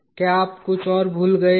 क्या आप कुछ और भूल गए है